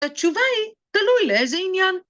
תתשובעי, תלוי לזה עניין.